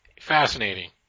Fascinating